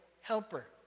helper